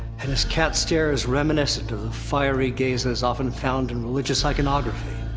and his cat stare is reminiscent of the fiery gazes often found in religious iconography.